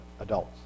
adults